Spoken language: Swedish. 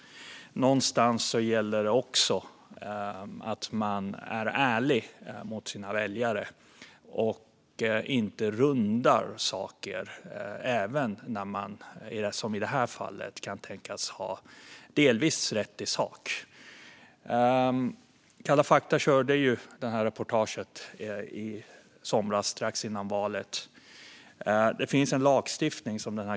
Någonstans gäller det att vara ärlig mot sina väljare och inte runda sanningen, även om man i detta fall har delvis rätt i sak. Kalla fakta reportaget visades strax innan valet.